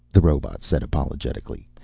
the robot said apologetically.